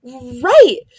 Right